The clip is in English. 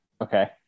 Okay